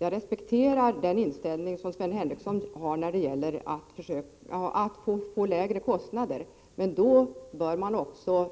Jag respekterar den inställning som Sven Henricsson har när det gäller att få lägre kostnader. Men då bör man också